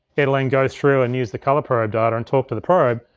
it'll then go through and use the color probe data and talk to the probe,